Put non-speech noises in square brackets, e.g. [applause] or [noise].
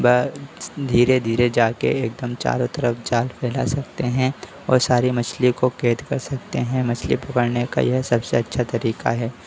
वह [unintelligible] धीरे धीरे जाकर एकदम चारों तरफ़ जाल फैला सकते हैं और सारी मछलियों को कैद कर सकते हैं मछली पकड़ने का यह सबसे अच्छा तरीका है